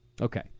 okay